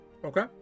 Okay